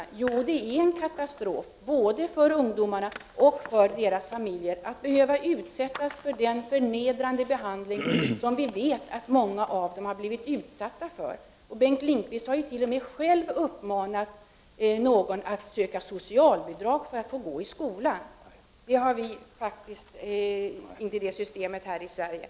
Jo, det är en katastrof både för ungdomarna och för deras familjer att behöva utsättas för en sådan förnedrande behandling som vi vet att de blivit drabbade av. Bengt Lindqvist har t.o.m. själv uppmanat någon att söka socialbidrag för att få gå i skola. Det systemet har vi faktiskt inte här i Sverige.